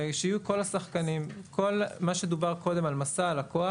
כל מה שדובר קודם על משא הלקוח,